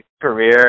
career